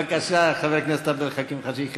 בבקשה, חבר הכנסת עבד אל חכים חאג' יחיא.